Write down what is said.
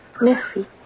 Merci